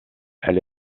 elle